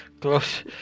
Close